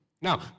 Now